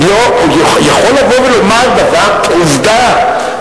יכול לבוא ולומר דבר כעובדה?